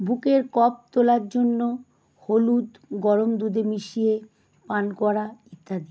বুকের কফ তোলার জন্য হলুদ গরম দুধে মিশিয়ে পান করা ইত্যাদি